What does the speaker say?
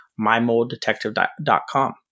mymolddetective.com